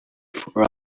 for